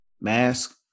mask